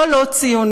זו לא ציונות,